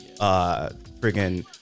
friggin